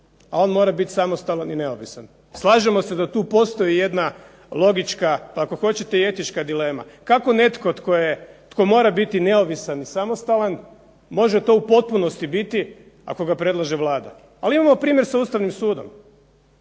on mora biti samostalan i neovisan. Slažemo se da tu postoji jedna logička ako hoćete i etička dilema. Kako netko tko mora biti neovisan i samostalan može to u potpunosti biti ako ga predlaže Vlada? Ali imamo primjer sa Ustavnim sudom